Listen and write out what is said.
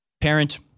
parent